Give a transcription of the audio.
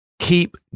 Keep